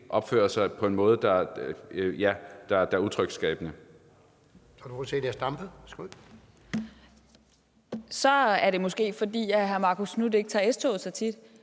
opfører sig på en måde, der er utryghedsskabende.